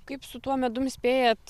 kaip su tuo medum spėjat